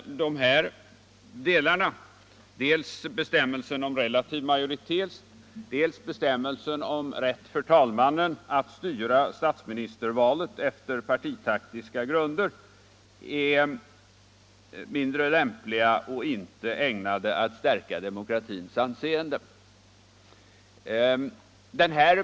De här delarna — dels bestämmelsen om relativ majoritet, dels bestämmelsen om rätt för talmannen att styra statsministervalet på partitaktiska grunder —är enligt min mening mindre lämpliga och inte ägnade att stärka demokratins anseende.